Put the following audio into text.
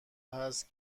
هست